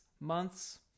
months